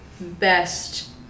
best